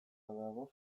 dago